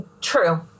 True